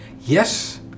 Yes